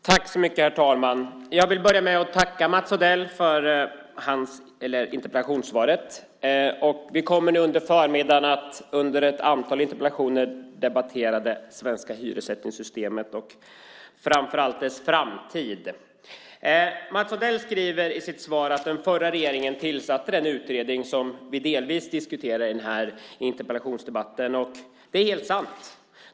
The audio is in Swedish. Herr talman! Jag vill börja med att tacka Mats Odell för interpellationssvaret. Vi kommer nu under förmiddagen att under ett antal interpellationer debattera det svenska hyressättningssystemet och framför allt dess framtid. Mats Odell skriver i sitt svar att den förra regeringen tillsatte den utredning som vi delvis diskuterar i denna interpellationsdebatt. Det är helt sant.